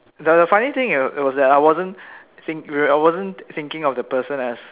the the funny thing was that I wasn't think~ I wasn't thinking of the person as